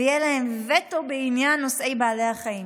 ויהיה להם וטו בעניין נושאי בעלי החיים,